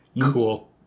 Cool